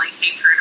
hatred